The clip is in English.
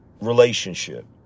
relationship